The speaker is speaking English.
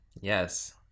Yes